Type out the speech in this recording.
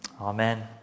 Amen